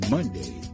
Monday